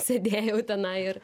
sėdėjau tenai ir